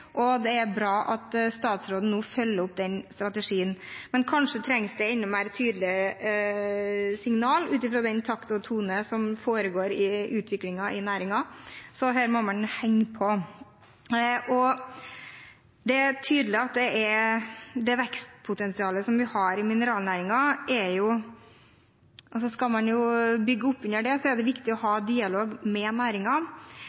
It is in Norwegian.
og det er bra at statsråden nå følger opp denne strategien. Men kanskje trengs det enda tydeligere signal, ut ifra den takt og tone som foregår i utviklingen i næringen. Her må man henge på. Skal man bygge opp under vekstpotensialet som er i mineralnæringen, er det viktig å ha dialog med